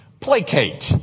Placate